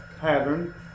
pattern